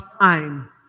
time